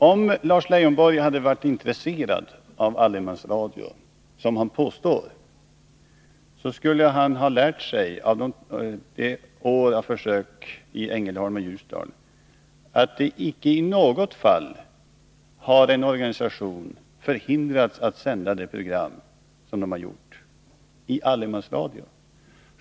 Om Lars Lejonborg hade varit intresserad av allemansradion, som han påstår, skulle han ha lärt sig av försöksåren i Ängelholm och Ljusdal att där icke i något fall en organisation har hindrats att sända ett program i allemansradion.